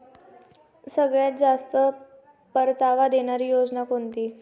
सगळ्यात जास्त परतावा देणारी योजना कोणती?